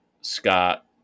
Scott